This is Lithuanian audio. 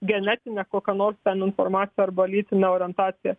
genetine kokia nors ten informacija arba lytine orientacija